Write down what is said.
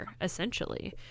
essentially